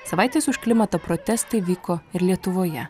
savaitės už klimatą protestai vyko ir lietuvoje